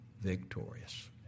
victorious